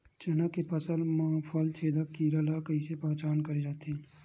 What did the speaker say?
चना के फसल म फल छेदक कीरा ल कइसे पहचान करे जाथे?